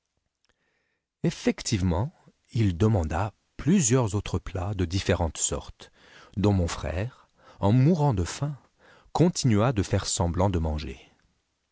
effectivement il demanda plusieurs autres plats de différentes sortes dont mon frère en mourant de faim continua de faire semblant de manger